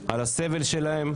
על הסבל שלהן,